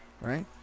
right